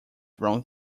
wrong